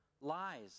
lies